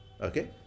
Okay